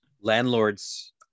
Landlords